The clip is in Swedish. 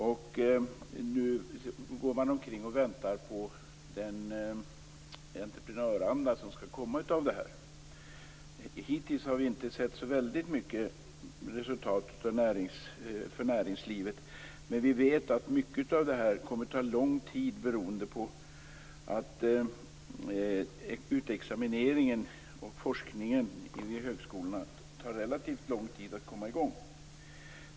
Nu går man omkring och väntar på den entreprenöranda som skall komma av detta. Hittills har vi inte sett så väldigt stora resultat för näringslivet. Men vi vet att mycket av detta kommer att ta lång tid beroende på att det tar relativt lång tid att komma i gång med utexamineringen och forskningen vid högskolorna.